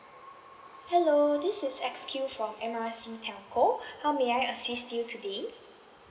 hello this is X Q from M R C telco how may I assist you today